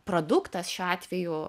produktas šiuo atveju